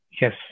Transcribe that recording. Yes